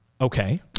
okay